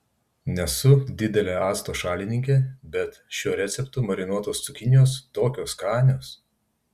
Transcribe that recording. nesu didelė acto šalininkė bet šiuo receptu marinuotos cukinijos tokios skanios